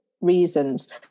reasons